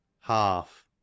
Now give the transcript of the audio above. Half